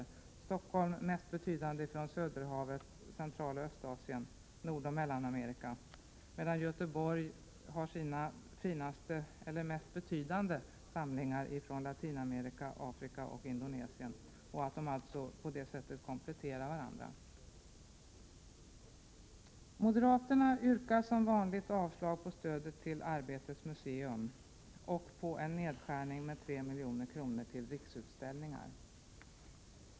I Stockholm är de mest betydande samlingarna från Söderhavet, Centraloch Östasien, Nordoch Mellanamerika, medan Göteborg har sina mest betydande samlingar från Latinamerika, Afrika och Indonesien. På det sättet kompletterar de varandra. Moderaterna yrkar som vanligt avslag på stödet till Arbetets museum och förordar en nedskärning med 3 milj.kr. till Riksutställningar.